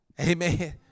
amen